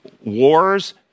wars